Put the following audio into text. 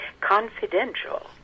Confidential